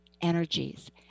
energies